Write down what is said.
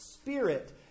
Spirit